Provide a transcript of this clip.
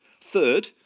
Third